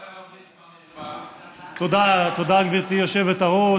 תודה, גברתי היושבת-ראש.